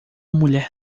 mulher